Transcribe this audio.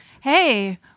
Hey